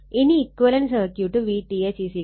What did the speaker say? ഇനി equivalent circuit VTH 45